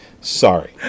Sorry